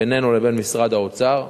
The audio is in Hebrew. בינינו לבין משרד האוצר.